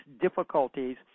difficulties